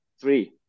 three